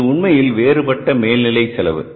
இது உண்மையில் வேறுபட்ட மேல் நிலை செலவு